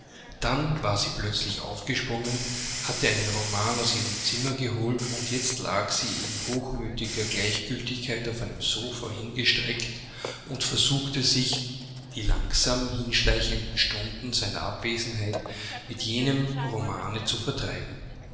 dann war sie plötzlich aufgesprungen hatte einen roman aus ihrem zimmer geholt und jetzt lag sie in hochmütiger gleichgiltigkeit auf einem sofa hingestreckt und versuchte sich die langsam hinschleichenden stunden seiner abwesenheit mit jenem romane zu vertreiben